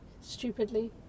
stupidly